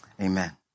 Amen